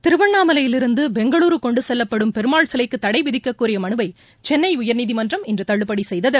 திருவண்ணாமலையிலிருந்து பெங்களூரு கொண்டு செல்லப்படும் பெருமாள் சிலைக்கு தடை விதிக்கக் கோரிய மனுவை சென்னை உயா்நீதிமன்றம் இன்று தள்ளுபடி செய்தது